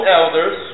elders